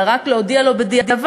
אלא רק להודיע לו בדיעבד,